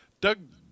Doug